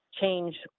change